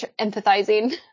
empathizing